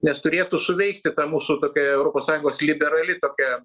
nes turėtų suveikti ta mūsų tokia europos sąjungos liberali tokia